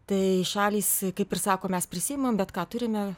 tai šalys kaip ir sako mes prisiimam bet ką turime